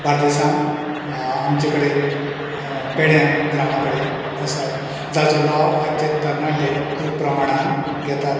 बार्देसांत आमचे कडेन पेड्यान ग्रावड कडेन आसा जाचो लाव आजचे तरनाटे खूब प्रमाणांत घेतात